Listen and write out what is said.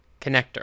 Connector